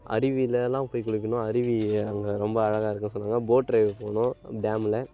அருவிலெலாம் போய் குளிக்கணும் அருவி அங்கே ரொம்ப அழகாக இருக்கும்னு சொன்னாங்க போட் ரைட் போகணும் டேமில்